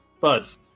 Buzz